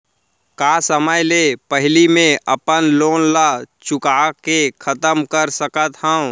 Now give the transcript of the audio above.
का समय ले पहिली में अपन लोन ला चुका के खतम कर सकत हव?